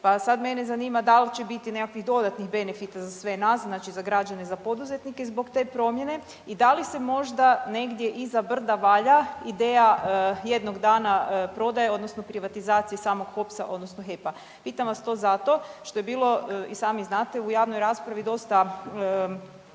Pa sad mene zanima da li će biti nekakvih dodatnih benefita za sve nas, znači za građane, za poduzetnike zbog te promjene i da li se možda negdje iza brda valja ideja jednog dana prodaje odnosno privatizacije samog HOPS-a odnosno HEP-a? Pitam vas to zato što je bilo i sami znate u javnoj raspravi dosta